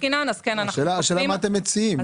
השאלה מה אתם מציעים.